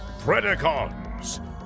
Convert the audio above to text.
Predacons